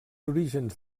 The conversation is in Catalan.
orígens